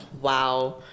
wow